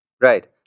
Right